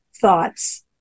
thoughts